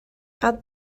add